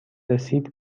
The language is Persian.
رسید